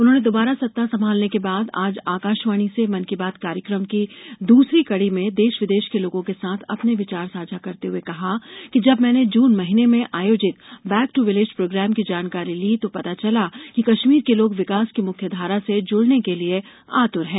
उन्होंने दोबारा सत्ता संभालने के बाद आज आकाशवाणी से मन की बात कार्यक्रम की दूसरी कड़ी में देश विदेश के लोगों के साथ अपने विचार साझा करते हूए कहा कि जब मैने जून महीने में आयोजित बैक टू विलेज प्रोग्राम की जानकारी ली तो पता चला कि कश्मीर के लोग विकास की मुख्य धारा से जुड़ने के लिये आतुर हैं